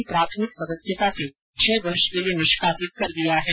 में हुं प्राथमिक सदस्यता से छह वर्ष के लिये निष्कासित कर दिया है